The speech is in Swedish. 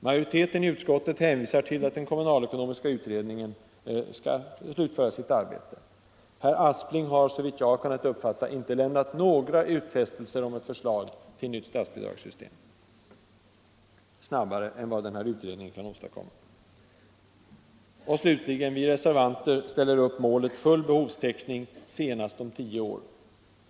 Majoriteten i utskottet hänvisar till att kommunalekonomiska utredningen skall slutföra sitt arbete. Herr Aspling har såvitt jag har kunnat uppfatta inte lämnat några utfästelser om ett snabbare förslag till nytt statsbidragssystem än vad denna utredning kan åstadkomma Slutligen ställer vi reservanter upp målet full behovstäckning senast inom tio år.